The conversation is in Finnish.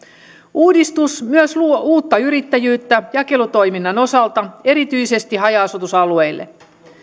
uudistus myös luo uutta yrittäjyyttä jakelutoiminnan osalta erityisesti haja asutusalueille